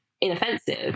inoffensive